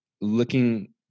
looking